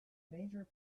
major